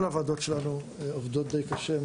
כל הוועדות שלנו עובדים מאוד קשה.